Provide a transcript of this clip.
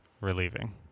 Relieving